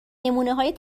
نمونههای